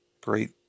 Great